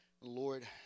Lord